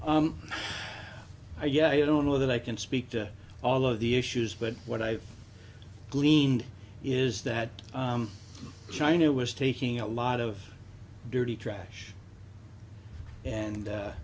i yeah i don't know that i can speak to all of the issues but what i gleaned is that china was taking a lot of dirty trash and